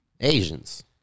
Asians